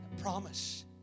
promise